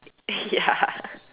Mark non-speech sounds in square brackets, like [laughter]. [laughs] ya